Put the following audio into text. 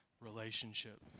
relationship